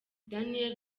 daniel